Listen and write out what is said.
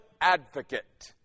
advocate